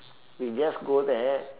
we just go there